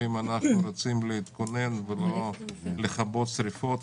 ואם אנחנו רוצים להתכונן ולא לכבות שריפות,